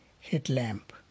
headlamp